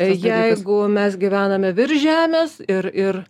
jeigu mes gyvename virš žemės ir ir